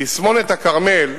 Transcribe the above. תסמונת הכרמל,